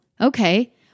okay